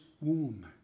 womb